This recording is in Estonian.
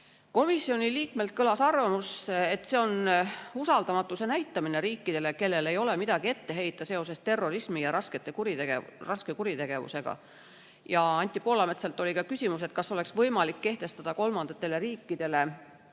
komisjoni liige avaldas arvamust, et see on usaldamatuse näitamine riikidele, kellele ei ole midagi ette heita seoses terrorismi ja muu raske kuritegevusega. Anti Poolametsalt oli ka küsimus, kas oleks võimalik kehtestada kolmandatele riikidele,